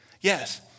Yes